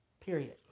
Period